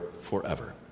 forever